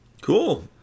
cool